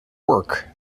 work